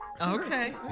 Okay